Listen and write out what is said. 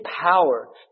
power